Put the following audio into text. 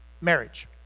marriage